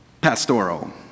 pastoral